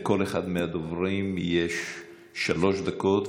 לכל אחד מהדוברים יש שלוש דקות,